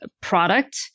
product